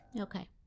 Okay